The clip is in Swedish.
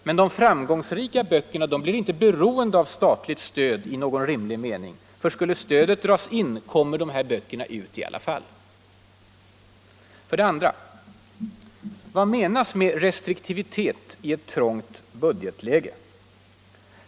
Men de framgångsrika böckerna blir inte ”beroende” av statligt stöd i någon rimlig mening. Skulle stödet dras in kommer de här böckerna ut i alla fall. 2. Vad menas med ”Trestriktivitet i ett trångt budgetläge”?